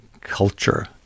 culture